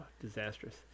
disastrous